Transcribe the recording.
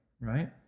right